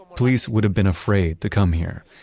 police would've been afraid to come here.